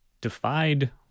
defied